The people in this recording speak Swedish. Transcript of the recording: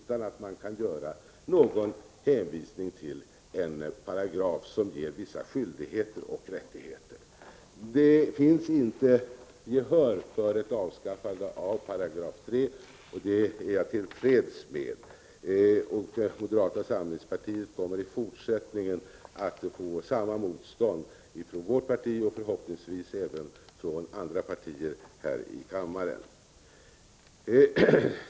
Man kan då alltså inte hänvisa till en paragraf som föreskriver vissa skyldigheter och rättigheter. Det finns inte gehör för ett avskaffande av 6 §. Det är jag tillfreds med. Moderata samlingspartiet kommer i fortsättningen att möta oförändrat motstånd från vårt parti och förhoppningsvis även från andra partier här i kammaren.